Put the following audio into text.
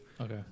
Okay